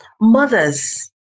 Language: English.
mothers